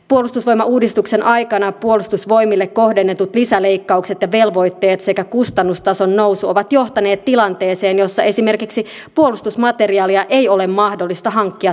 puolustusvoimauudistuksen aikana puolustusvoimille kohdennetut lisäleikkaukset ja velvoitteet sekä kustannustason nousu ovat johtaneet tilanteeseen jossa esimerkiksi puolustusmateriaalia ei ole mahdollista hankkia tarvittavaa määrää